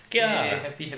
okay lah